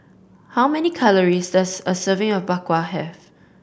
how many calories does a serving of Bak Kwa have